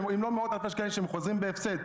אם לא למאות אלפי שקלים שהם יחזרו בהפסד,